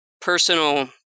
personal